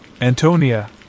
Antonia